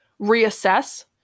reassess